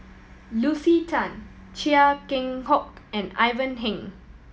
Lucy Tan Chia Keng Hock and Ivan Heng